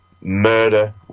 murder